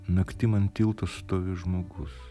naktim ant tilto stovi žmogus